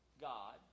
God